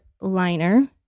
liner